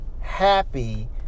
happy